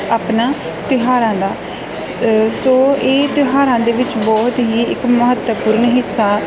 ਆਪਣਾ ਤਿਉਹਾਰਾਂ ਦਾ ਸ ਸੋ ਇਹ ਤਿਉਹਾਰਾਂ ਦੇ ਵਿੱਚ ਬਹੁਤ ਹੀ ਇੱਕ ਮਹੱਤਵਪੂਰਨ ਹਿੱਸਾ